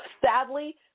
Sadly